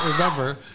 remember